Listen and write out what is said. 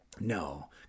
No